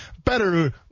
better